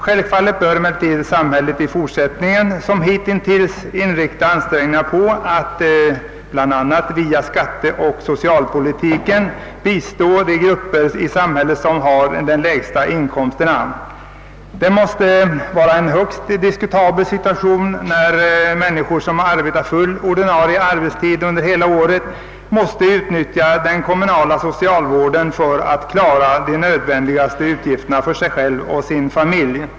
Självfallet bör samhället i fortsättningen som hitintills inrikta ansträngningarna på att via skatteoch socialpolitiken bistå de grupper i samhället som har den lägsta inkomsten. Det är ju en högst diskutabel situation att människor som arbetar full ordinarie arbetstid under hela året måste utnyttja den kommunala socialvården för att klara de nödvändigaste utgifterna för sig och sin familj.